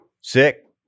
Sick